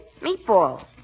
Meatball